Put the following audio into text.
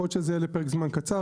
יכול להיות שזה יהיה לפרק זמן קצר,